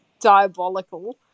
diabolical